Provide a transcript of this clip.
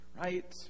Right